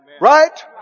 Right